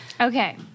Okay